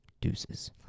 Deuces